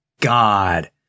god